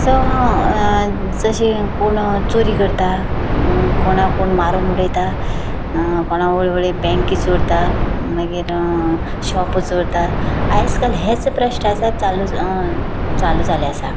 so हें जशी कोण चोरी करता कोणाक कोण मारून उडयता कोण वळवळी बँकी चोरता मागीर शोप चोरता आयज काल हेंच भ्रश्टाचार चालूच चालू जाल्ले आसात